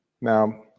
Now